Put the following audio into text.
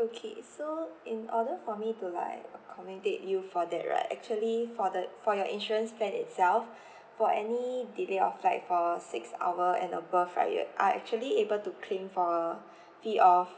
okay so in order for me to like accommodate you for that right actually for the for your insurance plan itself for any delay of flight for six hour and above right you are actually able to claim for fee of